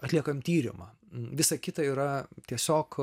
atliekam tyrimą visa kita yra tiesiog